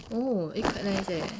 oh eh quite nice eh